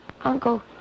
Uncle